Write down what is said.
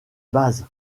base